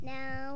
Now